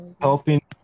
helping